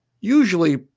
usually